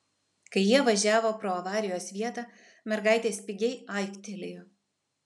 kai jie važiavo pro avarijos vietą mergaitė spigiai aiktelėjo